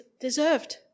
deserved